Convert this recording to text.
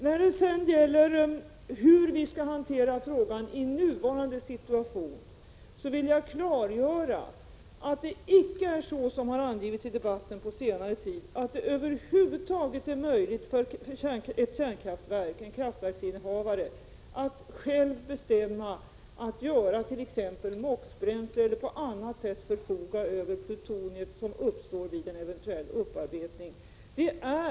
När det sedan gäller hur vi skall hantera frågan i nuvarande situation, vill jag klargöra att det icke är så som det har angivits i debatten på senare tid, att det över huvud taget är möjligt för en kraftverksinnehavare att själv bestämma att göra t.ex. MOX-bränsle eller på annat sätt förfoga över plutoniet som uppstår vid en eventuell upparbetning.